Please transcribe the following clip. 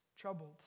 Troubled